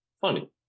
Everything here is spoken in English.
funny